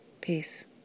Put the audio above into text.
Peace